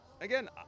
again